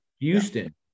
houston